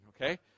Okay